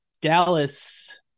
Dallas